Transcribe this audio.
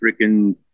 freaking